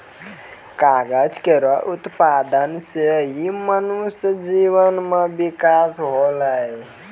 कागज केरो उत्पादन सें ही मनुष्य जीवन म बिकास होलै